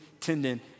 tendon